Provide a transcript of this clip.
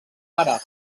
àrab